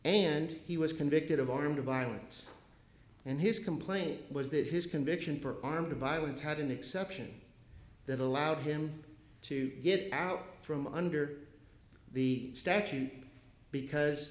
and he was convicted of armed violence and his complaint was that his conviction for armed violence had an exception that allowed him to get out from under the statute because